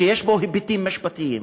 שיש בו היבטים משפטיים,